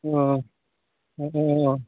अ अ